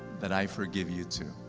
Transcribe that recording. that i forgive you too.